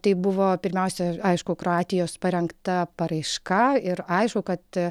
tai buvo pirmiausia aišku kroatijos parengta paraiška ir aišku kad